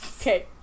Okay